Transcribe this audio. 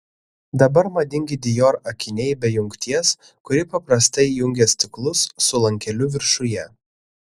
dabar madingi dior akiniai be jungties kuri paprastai jungia stiklus su lankeliu viršuje